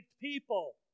people